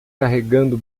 carregando